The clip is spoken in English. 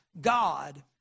God